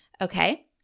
Okay